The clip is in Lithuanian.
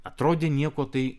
atrodė nieko tai